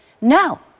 No